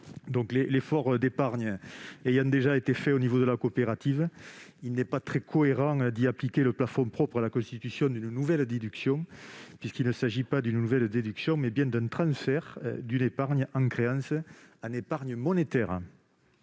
L'effort d'épargne ayant déjà été réalisé au niveau de la coopérative, il n'est pas très cohérent d'y appliquer le plafond propre à la constitution d'une nouvelle déduction, puisqu'il s'agit non pas d'une nouvelle déduction, mais bien d'un transfert d'une épargne en créance en épargne monétaire.